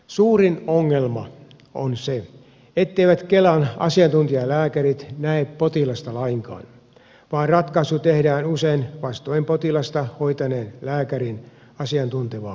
suurin ongelma on se etteivät kelan asiantuntijalääkärit näe potilasta lainkaan vaan ratkaisu tehdään usein vastoin potilasta hoitaneen lääkärin asiantuntevaa lausuntoa